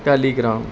telegram